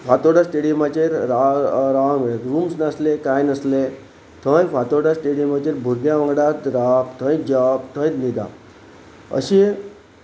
फातोडा स्टेडियमाचेर राव मे रुम्स नासले कांय नासले थंय फातोडा स्टेडियमाचेर भुरग्यां वांगडात रावप थंय जेवप थंयच न्हिदप अशीं